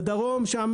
בדרום שם,